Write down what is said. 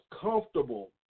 comfortable